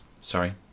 Sorry